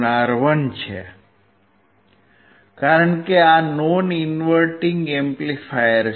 કારણ કે આ નોન ઇન્વર્ટીંગ એમ્પ્લીફાયર છે